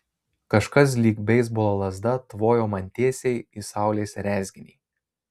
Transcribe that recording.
kažkas lyg beisbolo lazda tvojo man tiesiai į saulės rezginį